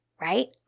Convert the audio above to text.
right